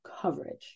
coverage